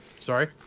Sorry